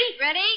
Ready